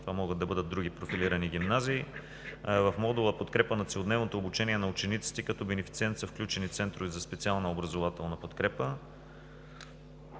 Това могат да бъдат други профилирани гимназии. В модула „Подкрепа на целодневното обучение на учениците“ като бенефициент са включени центровете за специална образователна подкрепа.